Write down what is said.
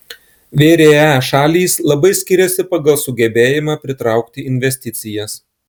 vre šalys labai skiriasi pagal sugebėjimą pritraukti investicijas